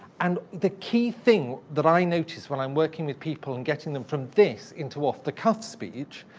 and the key thing that i notice when i'm working with people and getting them from this into off the cuff speech,